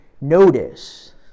notice